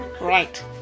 Right